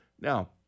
Now